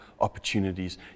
opportunities